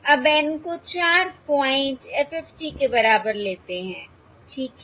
अब N को 4 point FFT के बराबर लेते हैं ठीक है